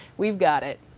we've got it.